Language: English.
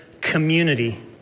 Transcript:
community